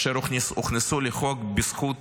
אשר הוכנסו לחוק בזכות